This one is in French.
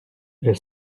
elle